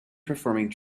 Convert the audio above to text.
performing